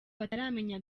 bataramenya